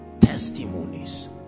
testimonies